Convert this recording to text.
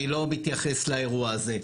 אני לא מתייחס לאירוע הזה.